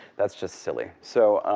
that's just silly. so